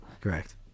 Correct